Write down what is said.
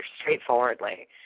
straightforwardly